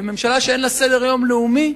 וממשלה שאין לה סדר-יום לאומי,